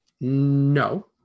no